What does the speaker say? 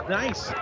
nice